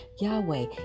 Yahweh